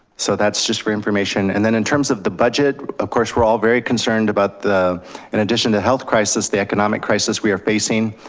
so that's just for information. and then in terms of the budget, of course, we're all very concerned about the and addition to health crisis, the economic crisis we are facing.